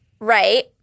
Right